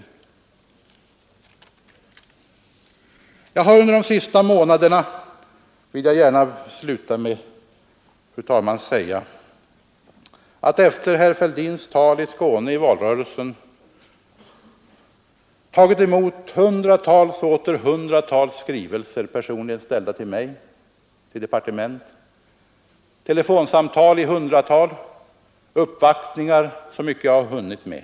Jag vill gärna, fru talman, sluta med att säga att jag under de senaste månaderna, efter herr Fälldins tal i Skåne under valrörelsen, tagit emot hundratals och åter hundratals skrivelser, ställda till mig personligen på departementet, telefonsamtal i hundratal och uppvaktningar i denna fråga så många jag har hunnit med.